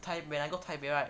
taipei when I go taipei right